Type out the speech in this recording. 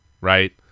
right